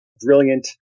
brilliant